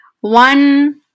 one